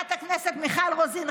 חברת הכנסת מיכל רוזין,